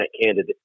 candidate